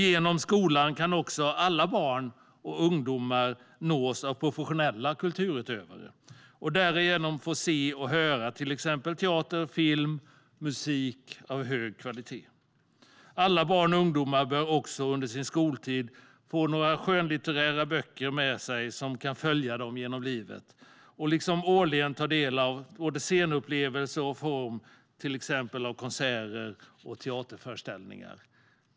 Genom skolan kan också alla barn och ungdomar nås av professionella kulturutövare och därigenom få se och höra till exempel teater, film och musik av hög kvalitet. Alla barn och ungdomar bör också under sin skoltid få några skönlitterära böcker med sig som kan följa dem genom livet, liksom årligen ta del av scenupplevelser i form av till exempel konserter och teaterföreställningar.